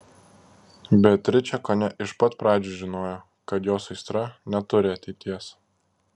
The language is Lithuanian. beatričė kone iš pat pradžių žinojo kad jos aistra neturi ateities